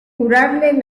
curarle